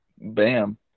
bam